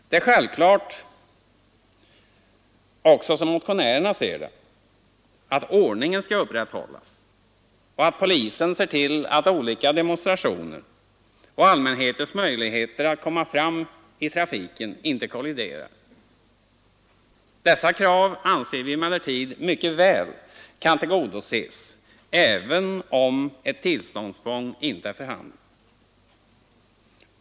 Det är självklart, också som motionärerna ser det, att ordningen skall upprätthållas och att polisen skall ordna så att olika demonstrationer och allmänhetens möjligheter att komma fram i trafiken inte kolliderar. Dessa krav anser vi emellertid mycket väl kan tillgodoses även om ett tillståndstvång inte är för handen.